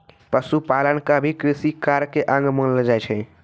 पशुपालन क भी कृषि कार्य के अंग मानलो जाय छै